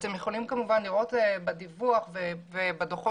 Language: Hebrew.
אתם יכולים לראות בדיווח ובדוחות